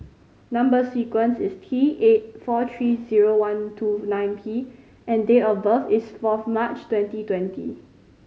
number sequence is T eight four three zero one two nine P and date of birth is fourth March twenty twenty